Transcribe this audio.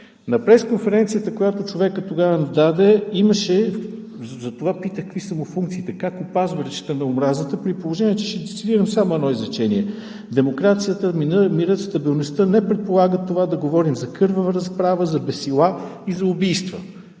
На пресконференцията, която човекът тогава даде, имаше – затова питах какви са му функциите, как опазва речта от омразата, при положение че, ще цитирам само едно изречение: „Демокрацията, мирът, стабилността не предполагат да говорим за кървава разправа, за бесила и за убийства.“